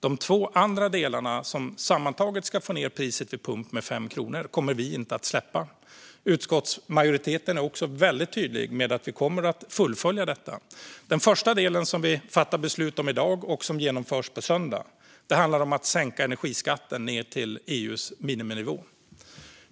De två andra delarna, som sammantaget ska få ned priset vid pump med 5 kronor, kommer vi inte att släppa. Utskottsmajoriteten är också väldigt tydlig med att vi kommer att fullfölja detta. Den första delen, som vi fattar beslut om i dag och som genomförs på söndag, handlar om att sänka energiskatten ned till EU:s miniminivå.